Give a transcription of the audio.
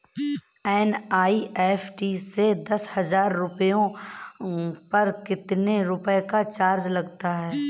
NEFT से दस हजार रुपयों पर कितने रुपए का चार्ज लगता है?